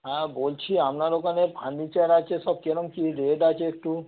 হ্যাঁ বলছি আপনার ওখানে ফার্নিচার আছে সব কিরকম কি রেট আছে একটু